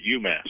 UMass